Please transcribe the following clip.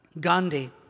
Gandhi